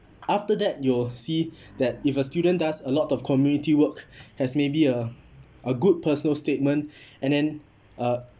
after that you'll see that if a student does a lot of community work has maybe a a good personal statement and then uh